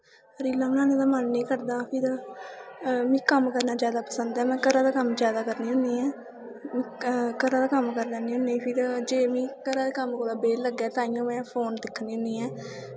रीलां बनाने दा मन निं करदा फिर मिगी कम्म करना जादा पसंद ऐ में घरा दा कम्म जादा करनी ऐं घरा दा कम्म करी लैन्नी होन्नीं जे फिर मिगी घरा दे कम्म तो बेह्ल लग्गै तांइयों मे फोन दिक्खनी होन्नी ऐं